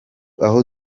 aho